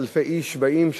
כשאלפי אנשים באים,